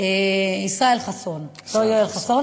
ישראל חסון, לא יואל חסון.